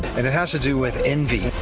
and it has to do with envy.